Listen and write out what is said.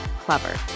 clever